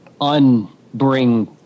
unbring